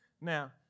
Now